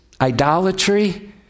idolatry